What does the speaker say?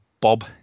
Bob